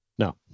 No